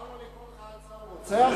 מותר לו לקרוא לחייל צה"ל רוצח?